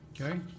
Okay